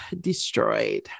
destroyed